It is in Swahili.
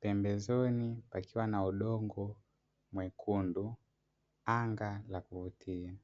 pembezoni pakiwa na udongo mwenkundu, anga la kuvutia.